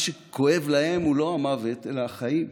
מה שכואב להם הוא לא המוות, אלא החיים: